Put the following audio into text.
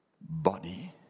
body